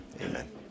Amen